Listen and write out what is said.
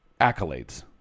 accolades